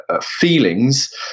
feelings